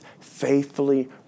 Faithfully